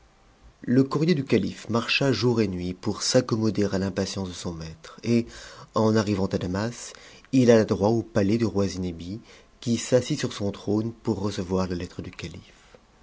le courrier du calife marcha jour et nuit pour s'accommoder à l'impatience de son maître et en arrivant à damas il alla droit au palais du roi zinebi qui s'assit sur son trône pour recevoir la lettre du calife